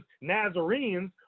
Nazarenes